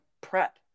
prep